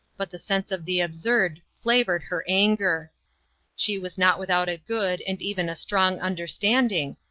but the sense of the absurd flavoured her anger she was not without a good and even a strong understanding,